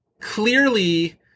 clearly